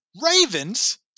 Ravens